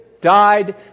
died